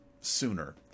sooner